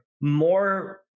more